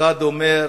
אחד אומר: